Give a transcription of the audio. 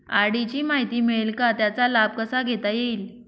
RD ची माहिती मिळेल का, त्याचा लाभ कसा घेता येईल?